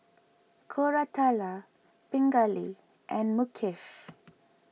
Koratala Pingali and Mukesh